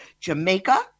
Jamaica